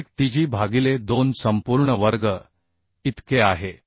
अधिक tg भागिले 2 संपूर्ण वर्ग इतके आहे